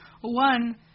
one